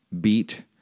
beat